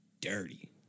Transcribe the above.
dirty